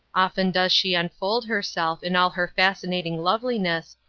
often does she unfold herself in all her fascinating loveliness,